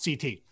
CT